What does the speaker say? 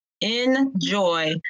Enjoy